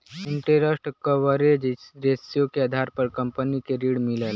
interest coverage ratio के आधार पर कंपनी के ऋण मिलला